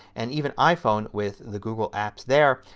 and even iphone with the goggle apps there,